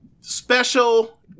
special